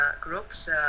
groups